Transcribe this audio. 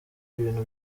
ibintu